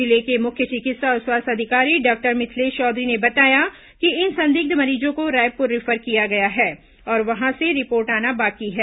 जिले के मुख्य चिकित्सा और स्वास्थ्य अधिकारी डॉक्टर मिथिलेश चौधरी ने बताया कि इन संदिग्ध मरीजों को रायपुर रिफर किया गया है और वहां से रिपोर्ट आना बाकी है